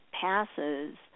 passes